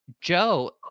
joe